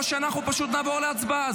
או שאנחנו פשוט נעבור להצבעה,